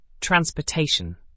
Transportation